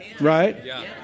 Right